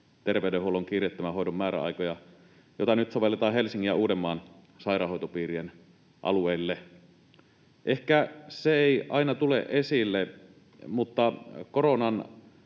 terveydenhuollon kiireettömän hoidon määräaikoja, jota nyt sovelletaan Helsingin ja Uudenmaan sairaanhoitopiirin alueella. Ehkä se ei aina tule esille, mutta